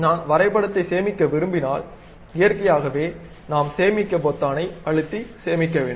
நான் வரைபடத்தை சேமிக்க விரும்பினால் இயற்கையாகவே நாம் சேமிக்க பொத்தானை அழுத்தி சேமிக்க வேண்டும்